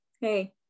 Hey